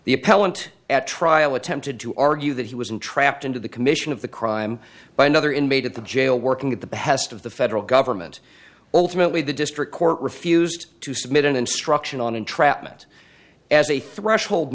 appellant at trial attempted to argue that he was entrapped into the commission of the crime by another inmate at the jail working at the behest of the federal government alternately the district court refused to submit an instruction on entrapment as a threshold